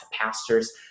pastors